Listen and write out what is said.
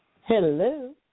Hello